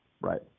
Right